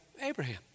Abraham